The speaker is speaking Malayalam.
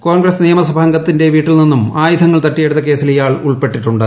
കോൺഗ്രസ്ക് നീയമസഭാംഗത്തിന്റെ വീട്ടിൽ നിന്നും ആയുധങ്ങൾ ്ട്രിയ്ട്ടിയ്ടുത്ത കേസിൽ ഇയാൾ ഉൾപ്പെട്ടിട്ടുണ്ട്